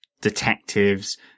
detectives